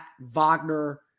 Wagner